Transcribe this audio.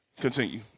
continue